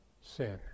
sin